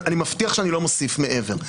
ואני מבטיח שאני לא מוסיף מעבר.